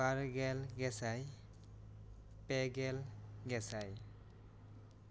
ᱵᱟᱨᱜᱮᱞ ᱜᱮᱥᱟᱭ ᱯᱮᱜᱮᱞ ᱜᱮᱥᱟᱭ